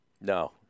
No